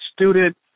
Student